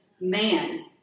Man